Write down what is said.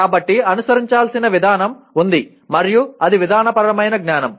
కాబట్టి అనుసరించాల్సిన విధానం ఉంది మరియు అది విధానపరమైన జ్ఞానం